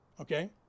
Okay